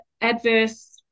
adverse